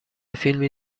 فیلمی